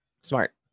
Smart